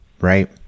right